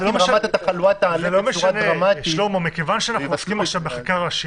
כיוון שאנחנו עוסקים כעת בחקיקה ראשית,